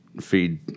feed